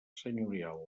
senyorial